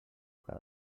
cada